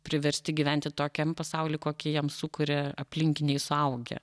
priversti gyventi tokiam pasauly kokį jiem sukuria aplinkiniai suaugę